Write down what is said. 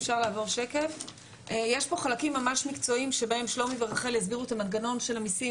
יש פה חלקים ממש מקצועיים שבהם שלומי ורחל יסבירו את המנגנון של המיסים,